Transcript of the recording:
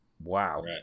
wow